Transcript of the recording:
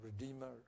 redeemer